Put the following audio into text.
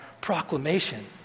proclamation